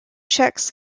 checks